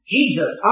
Jesus